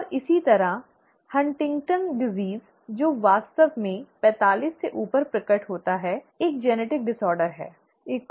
और इसी तरह हंटिंगटन की बीमारी Huntington's disease जो वास्तव में पैंतालीस से ऊपर प्रकट होती है एक आनुवंशिक विकार genetic disorder है